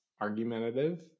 argumentative